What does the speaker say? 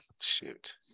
Shoot